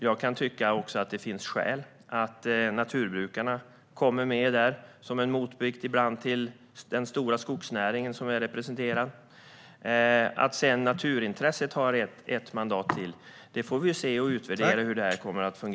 Jag kan också tycka att det finns skäl att naturbrukarna kommer med, som en motvikt till den stora skogsnäringen, som är representerad. Sedan får vi utvärdera hur det fungerar att naturintresset har ett mandat till.